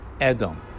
Edom